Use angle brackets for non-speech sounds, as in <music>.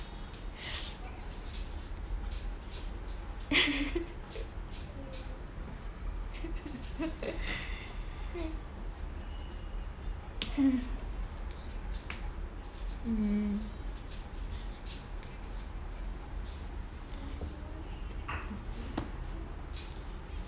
<laughs> mm